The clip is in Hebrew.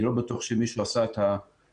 אני לא בטוח שמישהו עשה את המאזן.